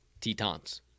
Tetons